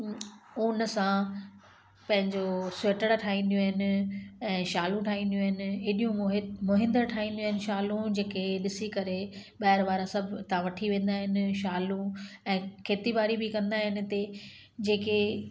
उनसां पंहिजो सीटर ठाहींदियूं आहिनि ऐं शालूं ठाहींदियूं आहिनि अहिॾियूं मोहित मोहिंदड़ ठाहींदियूं आहिनि शालूं जेके ॾिसी करे ॿाहिरि वारा सभु हितां वठी वेंदा आहिनि शालूं ऐं खेतीबाड़ी बि कंदा आहिनि हिते जेके